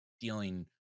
dealing